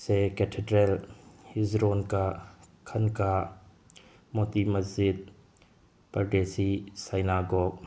ꯁꯦ cathedral ꯍꯤꯖꯔꯣꯟꯀ ꯈꯟꯀꯥ ꯃꯣꯇꯤ ꯃꯁꯖꯤꯠ ꯄ꯭ꯔꯗꯦꯁꯤ ꯁꯩꯅꯥꯒꯣꯛ